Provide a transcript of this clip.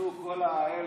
עשו כל האלה,